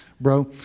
bro